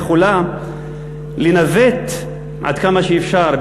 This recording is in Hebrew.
יכולה לנווט עד כמה שאפשר,